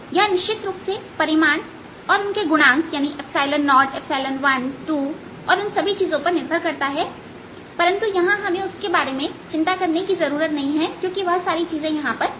यह निश्चित रूप से परिमाण और उनके गुणांक 012 और उन सभी चीजों पर निर्भर करता है परंतु हम उसके बारे में चिंतित नहीं है क्योंकि वह सारी चीजें समान है